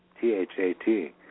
T-H-A-T